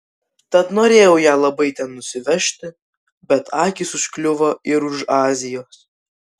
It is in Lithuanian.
tad norėjau ją labai ten nusivežti bet akys užkliuvo ir už azijos